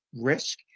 risk